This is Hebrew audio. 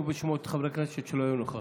בשמות חברי הכנסת שלא היו נוכחים.